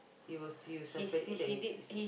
he was he was suspecting that is a~